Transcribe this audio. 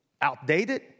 outdated